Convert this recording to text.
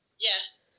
Yes